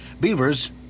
Beaver's